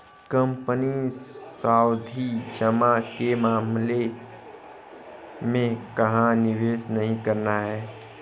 Company सावधि जमा के मामले में कहाँ निवेश नहीं करना है?